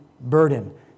burden